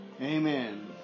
Amen